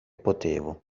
potevo